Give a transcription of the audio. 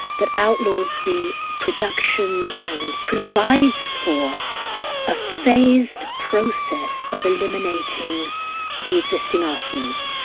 that outlaws the production and provides for a phased process of eliminating the existing arsenals.